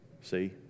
See